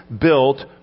built